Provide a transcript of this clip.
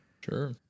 Sure